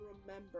remember